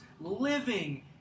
living